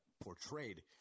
portrayed